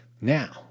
Now